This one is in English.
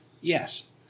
Yes